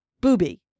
booby